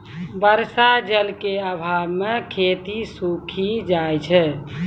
बर्षा जल क आभाव म खेती सूखी जाय छै